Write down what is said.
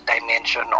dimension